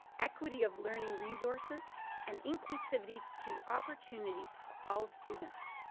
equity of learning resources and inclusivity to opportunities for all students.